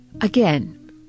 Again